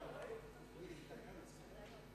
הודעה לסגנית מזכיר הכנסת.